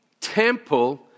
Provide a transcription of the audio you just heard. temple